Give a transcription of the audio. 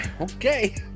Okay